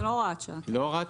היא לא הוראת שעה?